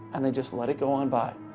and they just let it go on by.